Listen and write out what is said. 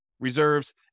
Reserves